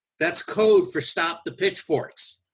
that's code for stop the pitchforks.